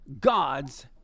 God's